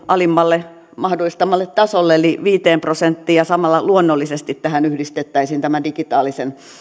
alimmalle eun mahdollistamalle tasolle eli viiteen prosenttiin ja samalla luonnollisesti tähän yhdistettäisiin tämän digitaalisen